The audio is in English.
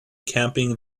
camping